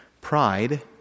Pride